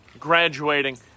graduating